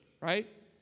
right